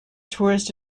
tourist